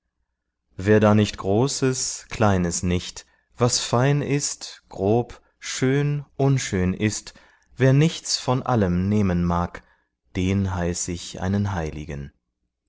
wer da nicht großes kleines nicht was fein ist grob schön unschön ist wer nichts von allem nehmen mag den heiß ich einen heiligen